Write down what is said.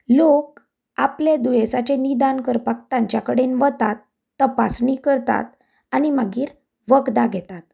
लोक आपलें दुयेसाचें निदान करपाक तांच्या कडेन वतात तपासणी करतात आनी मागीर वखदां घेतात